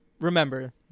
remember